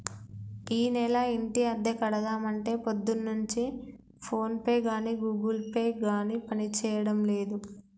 ఈనెల ఇంటి అద్దె కడదామంటే పొద్దున్నుంచి ఫోన్ పే గాని గూగుల్ పే గాని పనిచేయడం లేదు